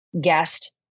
guest